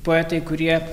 poetai kurie